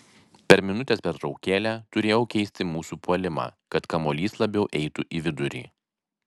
per minutės pertraukėlę turėjau keisti mūsų puolimą kad kamuolys labiau eitų į vidurį